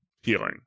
healing